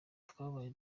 twabaye